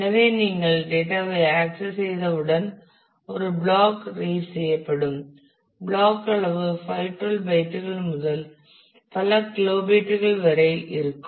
எனவே நீங்கள் டேட்டா ஐ ஆக்சஸ் செய்தவுடன் ஒரு பிளாக் ரீட் செய்யப்படும் பிளாக் அளவு 512 பைட்டுகள் முதல் பல கிலோபைட்டுகள் வரை இருக்கும்